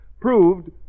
proved